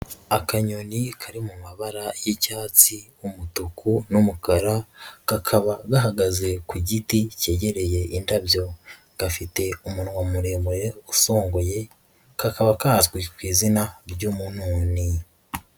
Akanyoni kari mu mabara y'icyatsi, umutuku, n'umukara, kakaba gahagaze ku giti cyegereye indabyo. Gafite umunwa muremure usongoye, kakaba kazwi ku izina ry'umununi.